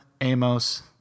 Amos